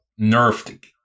nerfed